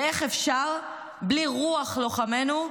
ואיך אפשר בלי רוח לוחמינו,